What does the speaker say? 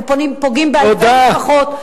אנחנו פוגעים באלפי משפחות,